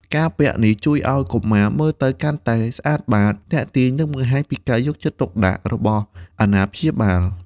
ការពាក់នេះជួយឱ្យកុមារមើលទៅកាន់តែស្អាតបាត ទាក់ទាញ និងបង្ហាញពីការយកចិត្តទុកដាក់របស់អាណាព្យាបាល។